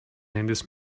handys